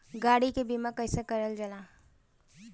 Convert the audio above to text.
गाड़ी के बीमा कईसे करल जाला?